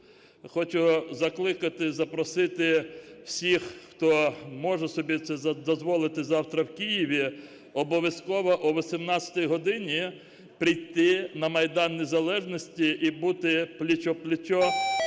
хочу закликати і запросити всіх, хто може собі це дозволити, завтра в Києві обов'язково о 18-й годині прийти на Майдан Незалежності і бути пліч-о-пліч